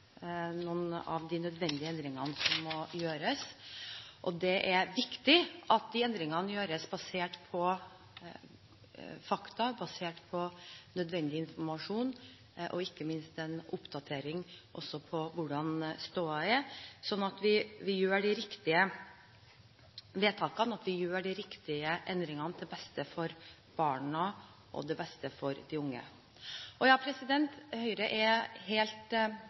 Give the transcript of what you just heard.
noen av de nødvendige endringene som må gjøres. Det er viktig at de endringene gjøres basert på fakta, basert på nødvendig informasjon og, ikke minst, også på en oppdatering av hvordan stoda er, sånn at vi gjør de riktige vedtakene, og sånn at vi gjør de viktige endringene til beste for barna og til beste for de unge. Høyre er også helt